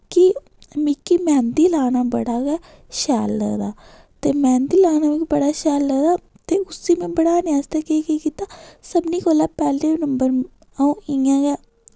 कि मिगी मैह्ंदी लाना बड़ा गै शैल लगदा ते मैह्ंदी लाना बड़ा शैल लगदा ते उस्सी में बढ़ाने आस्तै केह् केह् कीता सभनें कोला पैह्ने नंबर अ'ऊं इ'यां गै